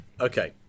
Okay